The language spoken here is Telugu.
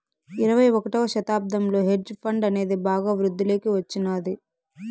ఇరవై ఒకటవ శతాబ్దంలో హెడ్జ్ ఫండ్ అనేది బాగా వృద్ధిలోకి వచ్చినాది